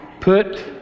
put